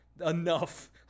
enough